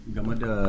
Gamada